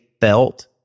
felt